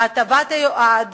ההטבה תיועד